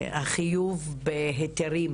החיוב בהיתרים,